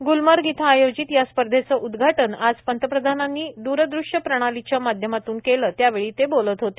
ग्लमर्ग इथं आयोजित या स्पर्धेचं उद्घाटन आज पंतप्रधानांनी द्रदृश्य प्रणाली च्या माध्यमातून झालं त्यावेळी बोलत होते